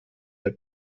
der